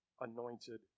anointed